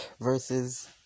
versus